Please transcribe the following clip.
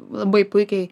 labai puikiai